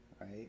right